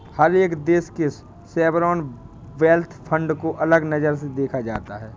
हर एक देश के सॉवरेन वेल्थ फंड को अलग नजर से देखा जाता है